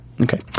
Okay